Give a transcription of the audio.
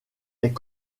est